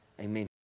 amen